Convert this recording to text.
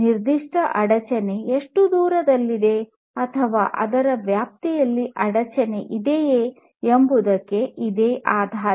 ನಿರ್ದಿಷ್ಟ ಅಡಚಣೆ ಎಷ್ಟು ದೂರದಲ್ಲಿದೆ ಅಥವಾ ಅದರ ವ್ಯಾಪ್ತಿಯಲ್ಲಿ ಅಡಚಣೆ ಇದೆಯೇ ಎಂಬುದಕ್ಕೆ ಇದೇ ಆಧಾರ